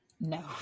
no